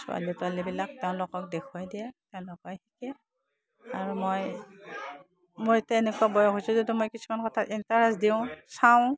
ছোৱালী তোৱালীবিলাক তেওঁলোকক দেখুৱাই দিয়ে তেওঁলোকে শিকে আৰু মই মোৰ এতিয়া এনেকুৱা বয়স হৈছে যদিও মই কিছুমান কথাত ইণ্টাৰেষ্ট দিওঁ চাওঁ